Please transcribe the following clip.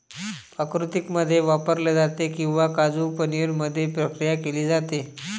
पाककृतींमध्ये वापरले जाते किंवा काजू पनीर मध्ये प्रक्रिया केली जाते